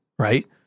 Right